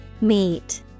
Meet